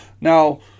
Now